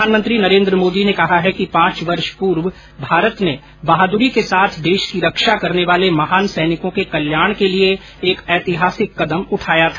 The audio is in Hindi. प्रधानमंत्री नरेन्द्र मोदी ने कहा है कि पांच वर्ष पूर्व भारत ने बहादुरी के साथ देश की रक्षा करने वाले महान सैनिकों के कल्याण के लिए एक ऐतिहासिक कदम उठाया था